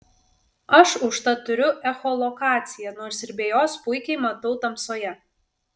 aš užtat turiu echolokaciją nors ir be jos puikiai matau tamsoje